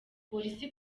polisi